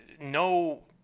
no